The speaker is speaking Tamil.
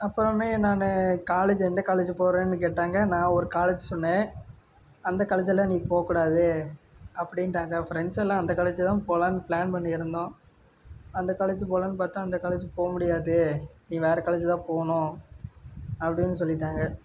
அப்புறமே நான் காலேஜ் எந்த காலேஜ் போகிறேன்னு கேட்டாங்க நான் ஒரு காலேஜ் சொன்னேன் அந்த காலேஜ் எல்லாம் நீ போக கூடாது அப்படின்ட்டாங்க ஃப்ரெண்ட்ஸ் எல்லாம் அந்த காலேஜ் தான் போகலான்னு பிளான் பண்ணியிருந்தோம் அந்த காலேஜி போகலான்னு பார்த்தேன் அந்த காலேஜ் போக முடியாது நீ வேற காலேஜ் தான் போகணும் அப்படின்னு சொல்லிவிட்டாங்க